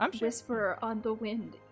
whisper-on-the-wind